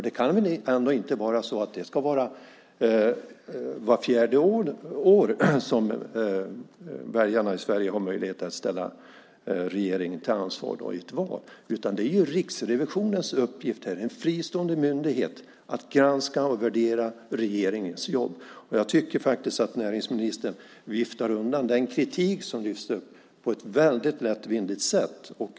Det kan inte vara så att det ska vara vart fjärde år som väljarna i Sverige har möjlighet att ställa regeringen till ansvar vid ett val. Det är Riksrevisionens uppgift. Det är en fristående myndighet för att granska och värdera regeringens jobb. Jag tycker att näringsministern viftar undan den kritik som finns på ett väldigt lättvindigt sätt.